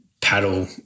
paddle